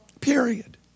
Period